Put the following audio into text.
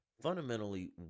Fundamentally